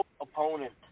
opponent